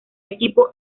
equipo